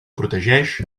protegeix